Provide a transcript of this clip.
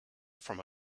from